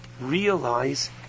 realize